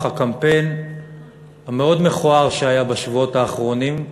הקמפיין המאוד-מכוער שהיה בשבועות האחרונים,